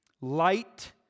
Light